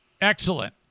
Excellent